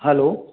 hello